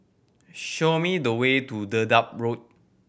show me the way to Dedap Road